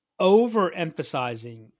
overemphasizing